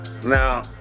Now